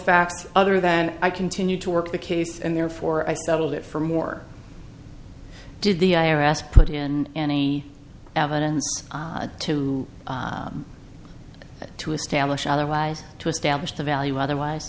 fact other than i continue to work the case and therefore i settled it for more did the i r s put in any evidence to to establish otherwise to establish the value otherwise